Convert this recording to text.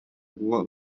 ruhr